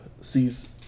sees